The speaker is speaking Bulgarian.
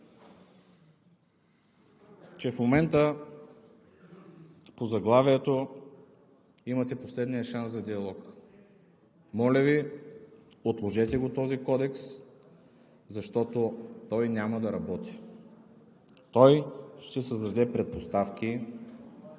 че в момента по заглавието имате последния шанс за диалог. Моля Ви, отложете този Кодекс, защото той няма да работи, той ще създаде предпоставки